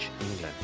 England